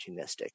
opportunistic